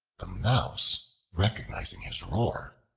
the mouse, recognizing his roar,